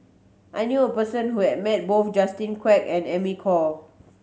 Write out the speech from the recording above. I knew a person who has met both Justin Quek and Amy Khor